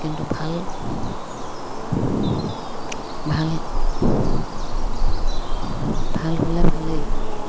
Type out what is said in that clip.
কিন্তু ভাল ভাল ভাল হ'লে ভালেই